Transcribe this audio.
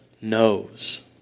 knows